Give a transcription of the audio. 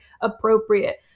appropriate